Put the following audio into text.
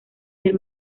del